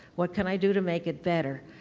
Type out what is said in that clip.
what can i do to make it better,